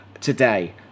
today